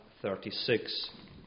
36